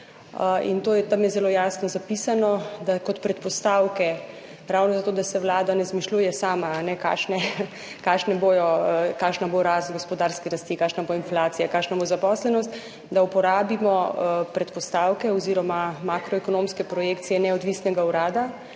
in tam je zelo jasno zapisano, da kot predpostavke, ravno zato, da se Vlada ne izmišljuje sama kakšna bo rast gospodarske rasti, kakšna bo inflacija, kakšna bo zaposlenost, da uporabimo predpostavke oziroma makroekonomske projekcije neodvisnega urada,